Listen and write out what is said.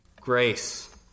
grace